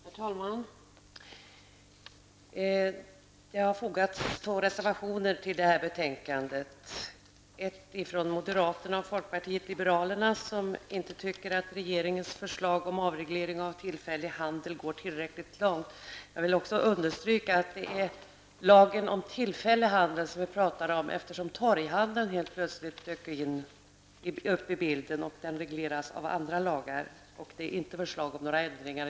Herr talman! Det har fogats två reservationer till det här betänkandet. Bakom reservation nr 1 står moderaterna och folkpartiet, som inte tycker att regerings förslag om avreglering av tillfällig handel går tillräckligt långt. Jag vill understryka att det är lagen om tillfällig handel som vi nu behandlar, eftersom torghandeln helt plötsligt har dykt upp i debatten. Denna regleras av lagen om torghandel, och i denna lag föreslås nu inga ändringar.